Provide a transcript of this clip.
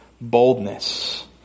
boldness